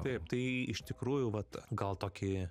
taip tai iš tikrųjų vat gal toki